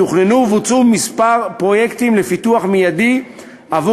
תוכננו ובוצעו מספר פרויקטים לפיתוח מיידי עבור